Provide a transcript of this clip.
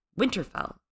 Winterfell